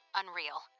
unreal